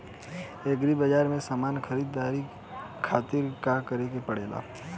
Agri बाज़ार से समान ख़रीदे खातिर का करे के पड़ेला?